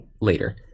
later